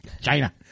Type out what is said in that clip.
China